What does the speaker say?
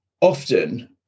Often